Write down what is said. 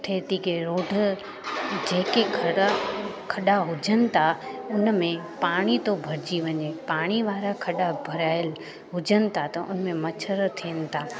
थिए थी के रोढ जेके खॾा खॾा हुजनि था उनमें पाणी थो भरिजी वञे पाणी वारा खॾा भराइल हुजनि था त उनमें मच्छर थियनि था